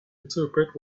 interpret